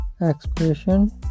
expression